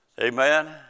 Amen